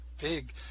big